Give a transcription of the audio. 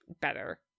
better